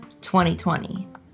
2020